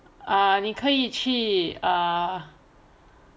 啊你可以去啊